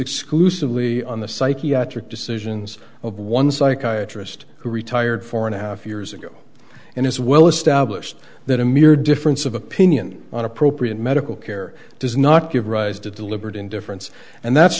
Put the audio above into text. exclusively on the psychiatric decisions of one psychiatry asst who retired four and a half years ago and it's well established that a mere difference of opinion on appropriate medical care does not give rise to deliberate indifference and that's